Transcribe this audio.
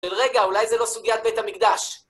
רגע, אולי זה לא סוגיית בית המקדש.